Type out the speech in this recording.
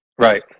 Right